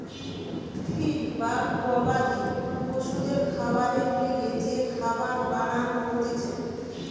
feed বা গবাদি পশুদের খাবারের লিগে যে খাবার বানান হতিছে